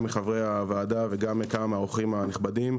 מחברי הוועדה וגם כמה מהאורחים הנכבדים,